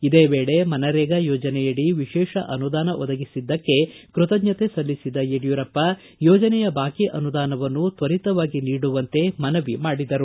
ಇದೇ ವೇಳೆ ಮನರೇಗಾ ಯೋಜನೆಯಡಿ ವಿಶೇಷ ಅನುದಾನ ಒದಗಿಸಿದ್ದಕ್ಕೆ ಕೃತಜ್ಞತೆ ಸಲ್ಲಿಸಿದ ಯಡಿಯೂರಪ್ಪ ಯೋಜನೆಯ ಬಾಕಿ ಅನುದಾನವನ್ನು ತ್ವರಿತವಾಗಿ ನೀಡುವಂತೆ ಮನವಿ ಮಾಡಿದರು